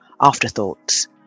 afterthoughts